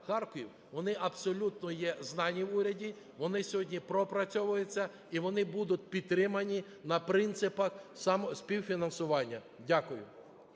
Вони абсолютно є знані в уряді, вони сьогодні пропрацьовуються і вони будуть підтримані на принципах співфінансування. Дякую.